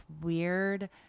weird